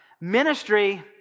Ministry